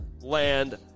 land